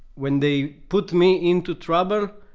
when they put me into trouble,